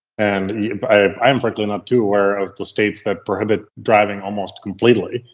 and yeah i am frankly not too aware of the states that prohibit driving almost completely,